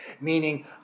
meaning